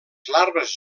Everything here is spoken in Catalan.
larves